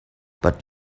but